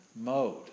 mode